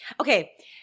Okay